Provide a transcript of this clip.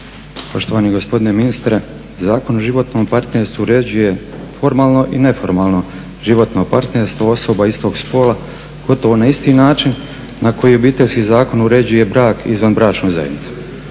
Poštovani gospodine ministre, Zakon o životnom partnerstvu uređuje formalno i neformalno životno partnerstvo osoba istog spola gotovo na isti način na koji Obiteljski zakon uređuje brak i izvanbračnu zajednicu.